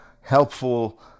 helpful